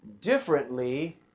differently